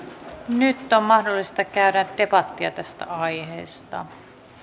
nyt on mahdollista käydä debattia tästä aiheesta